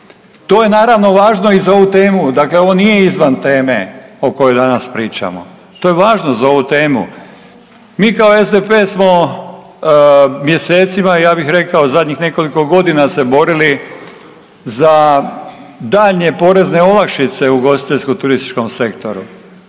To je naravno važno i za ovu temu, dakle ovo nije izvan teme o kojoj danas pričamo, to je važno za ovu temu. Mi kao SDP smo mjesecima ja bih rekao zadnjih nekoliko godina se borili za daljnje porezne olakšice u ugostiteljsko turističkom sektoru.